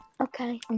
Okay